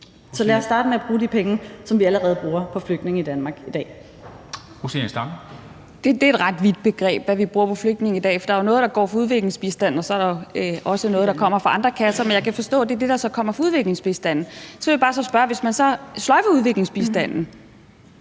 Dam Kristensen): Fru Zenia Stampe. Kl. 10:18 Zenia Stampe (RV): Det er et ret vidt begreb – hvad vi bruger på flygtninge i dag, for der er jo noget, der går fra udviklingsbistanden, og så er der også noget, der kommer fra andre kasser. Men jeg kan forstå, at det er det, der så kommer fra udviklingsbistanden. Så vil jeg bare spørge: Hvis man så sløjfer udviklingsbistanden,